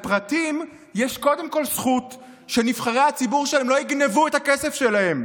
לפרטים יש קודם כול זכות שנבחרי הציבור שלהם לא יגנבו את הכסף שלהם.